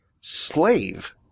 slave